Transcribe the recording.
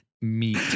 meat